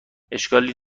اشکالی